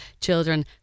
children